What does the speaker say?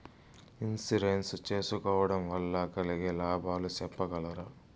Insurance సేసుకోవడం వల్ల కలిగే లాభాలు సెప్పగలరా?